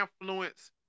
influence